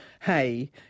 hey